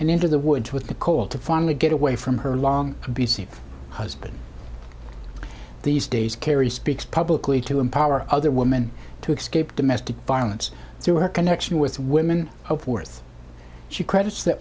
and into the woods with the cold to finally get away from her long busy husband these days carrie speaks publicly to empower other woman to escape domestic violence through her connection with women of worth she credit